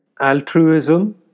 altruism